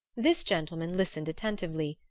this gentleman listened attentively,